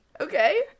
okay